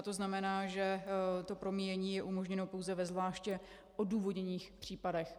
To znamená, že to promíjení je umožněno pouze ve zvláště odůvodněných případech.